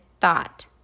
thought